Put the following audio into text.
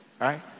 right